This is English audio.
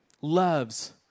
loves